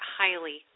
highly